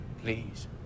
Please